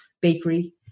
bakery